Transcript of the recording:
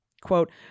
Quote